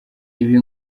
ibi